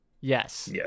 Yes